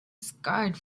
scarred